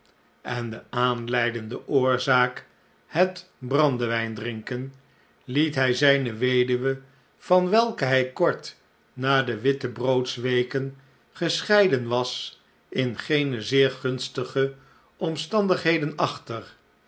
en de aanleidende oorzaak het brandewijn drinken liet hij zijne weduwe van welke hij kort na de wittebroodsweken gescheiden was in geene zeer gunstige omstandigheden achter